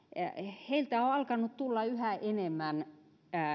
heiltä on on alkanut tulla yhä enemmän